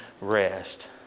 rest